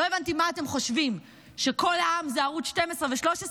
לא הבנתי מה אתם חושבים, שכל העם זה ערוץ 12 ו-13?